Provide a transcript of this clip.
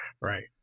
right